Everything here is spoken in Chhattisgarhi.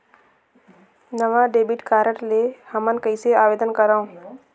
नवा डेबिट कार्ड ले हमन कइसे आवेदन करंव?